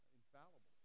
infallible